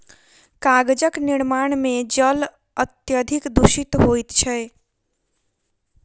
कागजक निर्माण मे जल अत्यधिक दुषित होइत छै